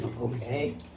Okay